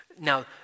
Now